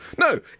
No